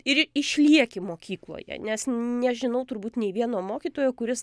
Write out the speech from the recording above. ir išlieki mokykloje nes nežinau turbūt nei vieno mokytojo kuris